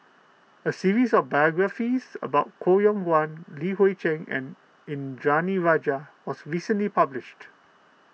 a series of biographies about Koh Yong Guan Li Hui Cheng and Indranee Rajah was recently published